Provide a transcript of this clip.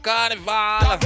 Carnival